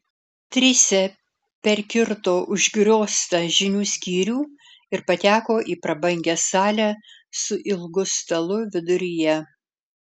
trise perkirto užgrioztą žinių skyrių ir pateko į prabangią salę su ilgu stalu viduryje